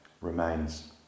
remains